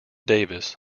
davis